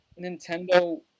Nintendo